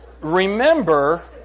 Remember